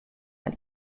mar